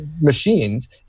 machines